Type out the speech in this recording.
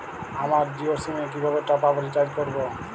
আমার জিও সিম এ কিভাবে টপ আপ রিচার্জ করবো?